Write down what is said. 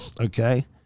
okay